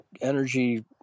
energy